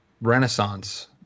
renaissance